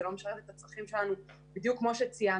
זה לא משרת את הצרכים שלנו בדיוק כמו שציינת,